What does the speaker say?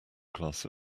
class